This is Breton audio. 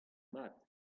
mat